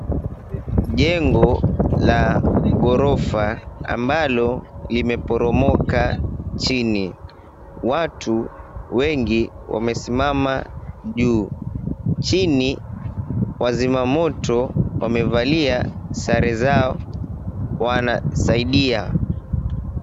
Jengo la gorofa ambalo limeporomoka watu wengi wamesimama juu. Chini wazima moto wamevalia sare zao wanasaidia.